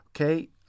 okay